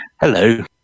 Hello